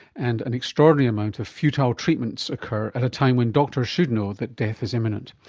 and an extremely amount of futile treatments occur at a time when doctors should know that death is imminent.